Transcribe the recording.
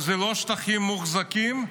לא שטחים מוחזקים,